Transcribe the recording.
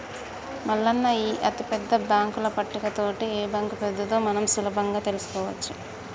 మల్లన్న ఈ అతిపెద్ద బాంకుల పట్టిక తోటి ఏ బాంకు పెద్దదో మనం సులభంగా తెలుసుకోవచ్చు